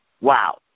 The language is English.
Wow